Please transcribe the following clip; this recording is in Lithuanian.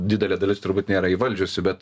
didelė dalis turbūt nėra įvaldžiusi bet